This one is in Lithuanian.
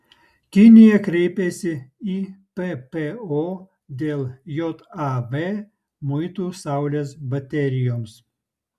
kinija kreipėsi į ppo dėl jav muitų saulės baterijoms